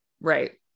Right